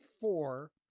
four